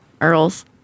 Earl's